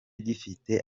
gifite